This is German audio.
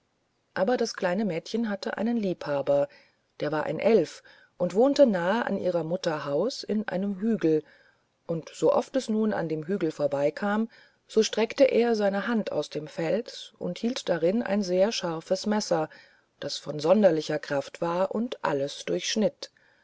aber das kleine mädchen hatte einen liebhaber der war ein elfe und wohnte nahe an ihrer mutter haus in einem hügel und so oft es nun an dem hügel vorbei kam so streckte er seine hand aus dem fels und hielt darin ein sehr scharfes messer das von sonderlicher kraft war und alles durchschnitt